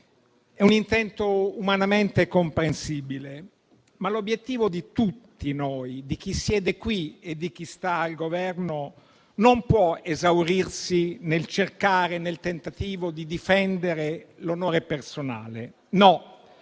È un intento umanamente comprensibile. Ma l'obiettivo di tutti noi, di chi siede qui e di chi sta al Governo, non può esaurirsi nel tentativo di difendere l'onore personale. No: